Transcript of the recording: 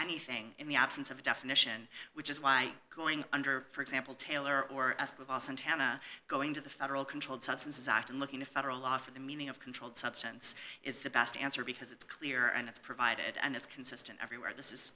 anything in the absence of a definition which is why going under for example taylor or of all santana going to the federal controlled substances act and looking to federal law for the meaning of controlled substance is the best answer because it's clear and it's provided and it's consistent everywhere this is